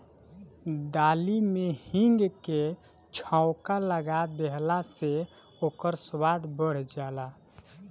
दाली में हिंग के छौंका लगा देहला से ओकर स्वाद बढ़ जाला